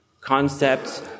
concepts